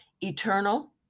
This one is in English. eternal